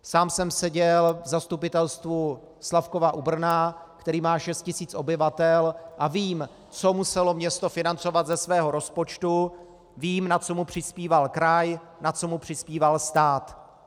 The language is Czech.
Sám jsem seděl v zastupitelstvu Slavkova u Brna, který má šest tisíc obyvatel, a vím, co muselo město financovat ze svého rozpočtu, vím, na co mu přispíval kraj, na co mu přispíval stát.